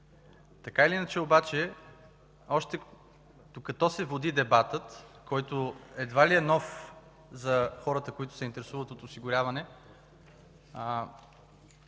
Така или иначе обаче, още докато се води дебатът, който едва ли е нов за хората, които се интересуват от осигуряване,